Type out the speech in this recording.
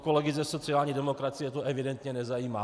Kolegy ze sociální demokracie to evidentně nezajímá!